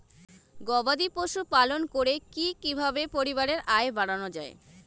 গবাদি পশু পালন করে কি কিভাবে পরিবারের আয় বাড়ানো যায়?